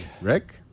Rick